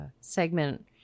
segment